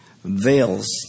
veils